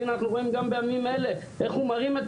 והנה אנחנו רואים גם בימים אלה איך הוא מרים את